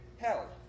hell